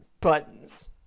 buttons